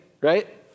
right